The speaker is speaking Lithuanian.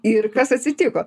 ir kas atsitiko